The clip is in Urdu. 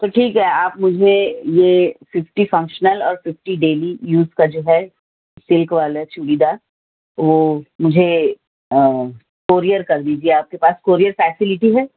تو ٹھیک ہے آپ مجھے یہ ففٹی فنگشنل اور ففٹی ڈیلی یوز کا جو ہے پنک والا چوڑی دار وہ مجھے کوریئر کر دیجیے آپ کے پاس کوریئر فیسیلٹی ہے